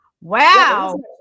Wow